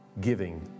giving